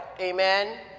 Amen